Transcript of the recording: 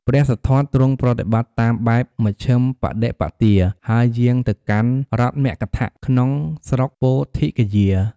ព្រះសិទ្ធត្ថទ្រង់ប្រតិបត្តិតាមបែបមជ្ឈិមបដិបទា ហើយយាងទៅកាន់រដ្ឋមគធ ក្នុងស្រុកពោធិគយា។